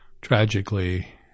Tragically